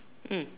mm